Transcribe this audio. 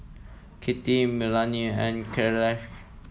Kittie Melanie and Kyleigh